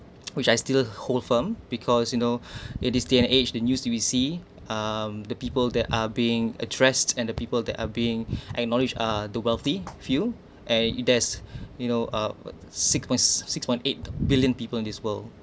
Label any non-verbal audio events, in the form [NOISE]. [NOISE] which I still hold firm because you know [BREATH] in this day and age than use to be see um the people that are being addressed and the people that are being [BREATH] acknowledged uh the wealthy field and there's [BREATH] you know uh six point six point eight billion people in this world